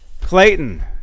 Clayton